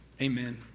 Amen